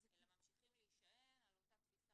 אלא ממשיכים להישען על אותה תפיסה